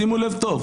שימו לב טוב,